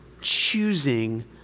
choosing